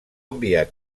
enviat